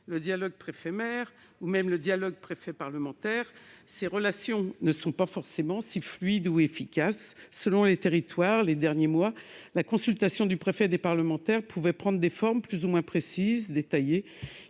le dialogue préfet-maire ou même le dialogue préfet-parlementaire, ces relations ne sont pas forcément si fluides ou efficaces. Selon les territoires, ces derniers mois, la consultation des parlementaires par le préfet a pu prendre des formes plus ou moins précises et détaillées.